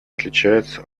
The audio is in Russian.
отличается